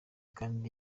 kandi